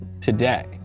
today